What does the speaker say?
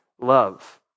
love